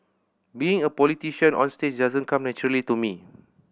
being a politician onstage doesn't come naturally to me